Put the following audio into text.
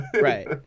right